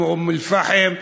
כמו באום-אלפחם,